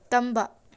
ꯇꯝꯕ